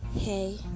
Hey